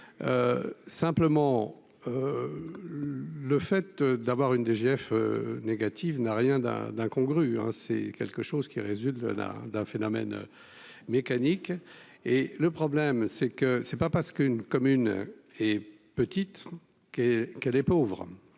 simplement le fait d'avoir une DGF négative n'a rien d'un d'incongru, hein, c'est quelque chose qui résulte de là d'un phénomène mécanique et le problème, c'est que c'est pas parce qu'une commune et petite que qu'elle est pauvre